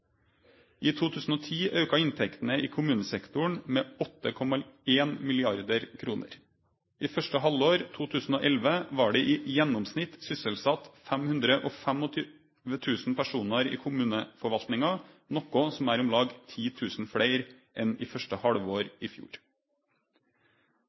I 2010 auka inntektene i kommunesektoren med 8,1 mrd. kr. I første halvår 2011 var det i gjennomsnitt sysselsett 525 000 personar i kommuneforvaltninga, noko som er om lag 10 000 fleire enn i første